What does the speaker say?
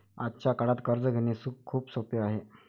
आजच्या काळात कर्ज घेणे खूप सोपे आहे